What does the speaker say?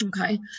okay